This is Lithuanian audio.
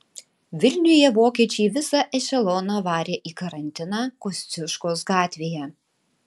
vilniuje vokiečiai visą ešeloną varė į karantiną kosciuškos gatvėje